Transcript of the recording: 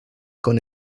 con